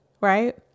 Right